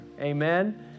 Amen